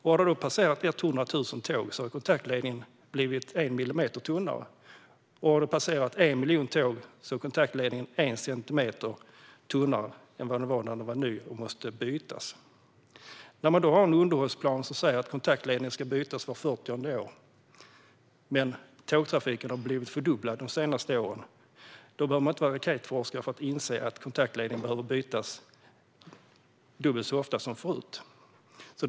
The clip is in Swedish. Har det då passerat hundra tusen tåg har kontaktledningen blivit en millimeter tunnare. Har det passerat 1 miljon tåg är kontaktledningen en centimeter tunnare än vad den var när den var ny, och då måste den bytas. Har man då en underhållsplan som säger att en kontaktledning ska bytas vart fyrtionde år men tågtrafiken har fördubblats de senaste åren, då behöver man inte vara raketforskare för att inse att kontaktledningen behöver bytas dubbelt så ofta som förut.